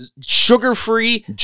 sugar-free